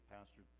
Pastor